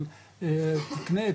תקנה,